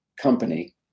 company